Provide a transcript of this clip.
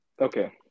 Okay